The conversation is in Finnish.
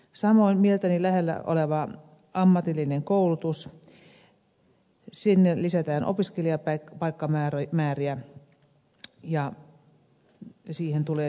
samoin mieltäni lähellä olevaan ammatilliseen koulutukseen lisätään opiskelijapaikkamääriä ja siihen tulee lisää määrärahoja